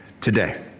today